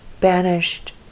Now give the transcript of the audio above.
banished